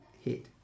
hit